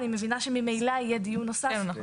אני מבינה שממילא יהיה דיון נוסף.